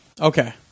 Okay